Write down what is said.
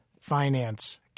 finance